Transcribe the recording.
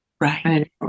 Right